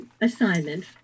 assignment